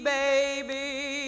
baby